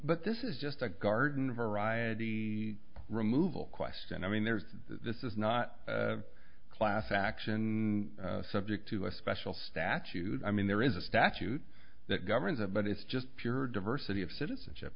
but this is just a garden variety removal question i mean there's this is not class action subject to a special statute i mean there is a statute that governs that but it's just pure diversity of citizenship